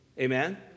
Amen